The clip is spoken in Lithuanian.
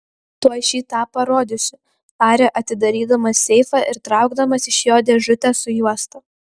tuoj šį tą parodysiu tarė atidarydamas seifą ir traukdamas iš jo dėžutę su juosta